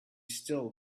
still